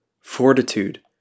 fortitude